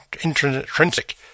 intrinsic